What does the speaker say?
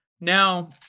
Now